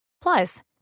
Plus